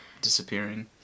Disappearing